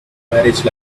marriage